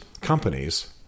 companies